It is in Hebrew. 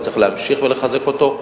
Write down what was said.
וצריך להמשיך ולחזק אותו.